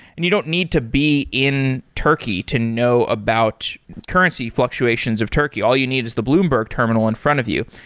and you don't need to be in turkey to know about currency fluctuations of turkey. all you need is the bloomberg terminal in front of you.